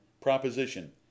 proposition